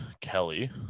Kelly